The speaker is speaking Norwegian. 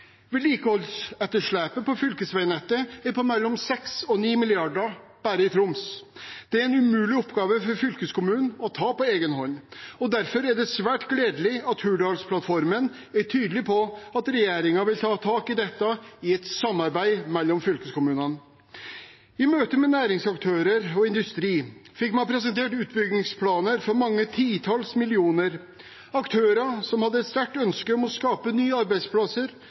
Vedlikeholdsetterslepet på fylkesveinettet er på mellom 6 og 9 mrd. kr bare i Troms. Det er en umulig oppgave for fylkeskommunen å ta på egen hånd. Derfor er det svært gledelig at Hurdalsplattformen er tydelig på at regjeringen vil ta tak i dette i et samarbeid med fylkeskommunene. I møte med næringsaktører og industri fikk man presentert utbyggingsplaner for mange titalls millioner – aktører som hadde et sterkt ønske om å skape nye arbeidsplasser,